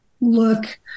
look